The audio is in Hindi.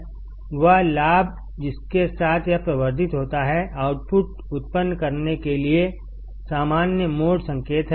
वह लाभ जिसके साथ यह प्रवर्धित होता है आउटपुट उत्पन्न करने के लिए सामान्य मोड संकेत है